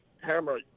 Hammer